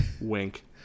Wink